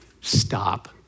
Stop